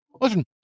Listen